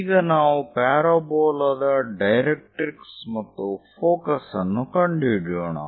ಈಗ ನಾವು ಪ್ಯಾರಾಬೋಲಾದ ಡೈರೆಟ್ರಿಕ್ಸ್ ಮತ್ತು ಫೋಕಸ್ ಅನ್ನು ಕಂಡುಹಿಡಿಯೋಣ